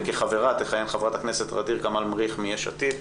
וכחברה תכהן חברת הכנסת ע'דיר כמאל מריח מ-יש עתיד.